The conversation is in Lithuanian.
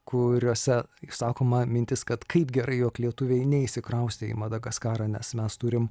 kuriose išsakoma mintis kad kaip gerai jog lietuviai neišsikraustė į madagaskarą nes mes turim